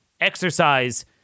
exercise